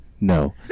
No